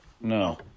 No